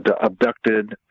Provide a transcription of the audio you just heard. abducted